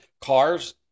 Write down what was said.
Cars